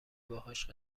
باهاش